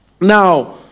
Now